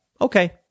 Okay